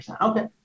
Okay